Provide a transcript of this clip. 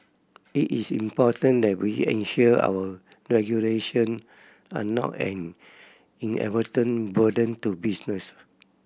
it is important that we ensure our regulation are not an inadvertent burden to business